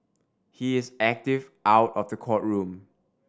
he is active out of the courtroom